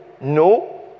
no